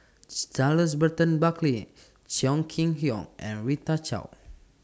Charles Burton Buckley Chong Kee Hiong and Rita Chao